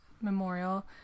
memorial